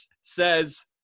says